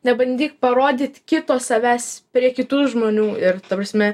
nebandyk parodyt kito savęs prie kitų žmonių ir ta prasme